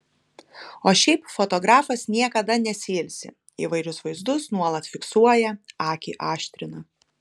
o šiaip fotografas niekada nesiilsi įvairius vaizdus nuolat fiksuoja akį aštrina